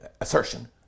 Assertion